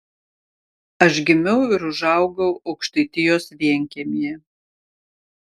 aš gimiau ir užaugau aukštaitijos vienkiemyje